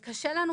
גם כך קשה לנו.